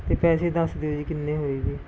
ਅਤੇ ਪੈਸੇ ਦੱਸ ਦਿਓ ਜੀ ਕਿੰਨੇ ਹੋਏ ਇਹਦੇ